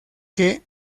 que